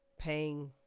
paying